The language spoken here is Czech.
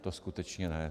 To skutečně ne.